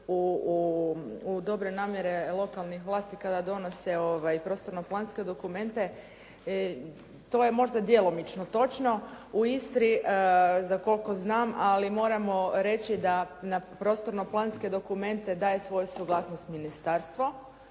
u dobre namjere lokalnih vlasti kada donose prostorno planske dokumente. To je možda djelomično točno. U Istri za koliko znam, ali moramo reći da na prostorno-planske dokumente daje svoju suglasnost Ministarstvo